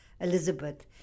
Elizabeth